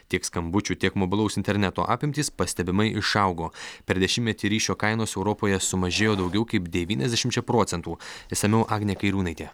tiek skambučių tiek mobilaus interneto apimtys pastebimai išaugo per dešimtmetį ryšio kainos europoje sumažėjo daugiau kaip devyniadešimčia procentų išsamiau agnė kairiūnaitė